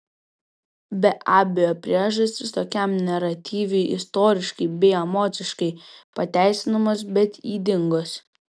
be abejo priežastys tokiam naratyvui istoriškai bei emociškai pateisinamos bet ydingos